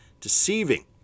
deceiving